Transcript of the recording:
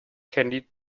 candy